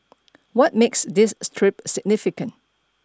what makes this trip significant